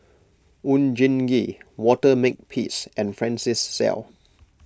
Oon Jin Gee Walter Makepeace and Francis Seow